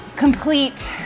complete